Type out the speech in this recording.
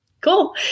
Cool